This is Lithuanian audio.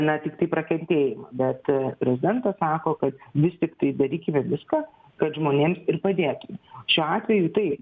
na tiktai prakentėjimą bet prezidentas sako kad vis tiktai darykime viską kad žmonėms ir padėtume šiuo atveju tai